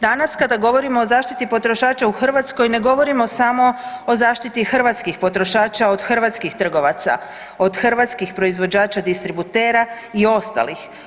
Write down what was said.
Danas kada govorimo o zaštiti potrošača u Hrvatskoj ne govorimo samo o zaštiti hrvatskih potrošača od hrvatskih trgovaca, od hrvatskih proizvođača distributera i ostalih.